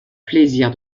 plaisir